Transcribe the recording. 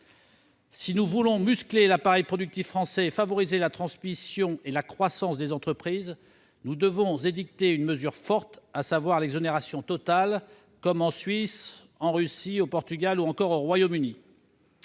Si nous voulons « muscler » l'appareil productif français et favoriser la transmission et la croissance des entreprises, nous devons prendre une mesure forte, à savoir l'exonération totale de droits de mutation, comme en Suisse, en Russie, au Portugal ou au Royaume-Uni.